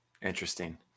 Interesting